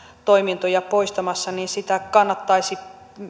toimintoja poistamassa niin sitä kannattaisi